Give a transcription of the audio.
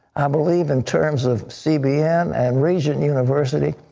i believe in terms of cbn and regent university,